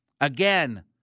Again